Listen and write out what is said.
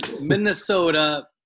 Minnesota